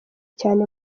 cyane